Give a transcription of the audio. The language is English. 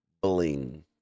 Bling